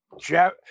Jeff